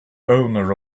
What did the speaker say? owner